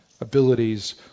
abilities